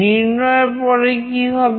নির্ণয় এর পরে কি হবে